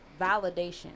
validation